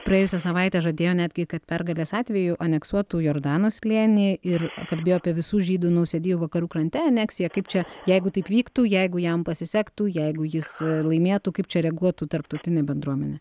praėjusią savaitę žadėjo netgi kad pergalės atveju aneksuotų jordano slėnį ir kalbėjo apie visų žydų nausėdijų vakarų krante aneksiją kaip čia jeigu taip vyktų jeigu jam pasisektų jeigu jis laimėtų kaip čia reaguotų tarptautinė bendruomenė